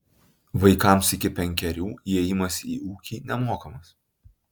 vaikams iki penkerių įėjimas į ūkį nemokamas